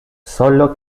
solo